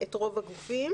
את רוב הגופים.